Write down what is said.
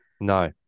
No